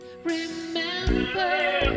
Remember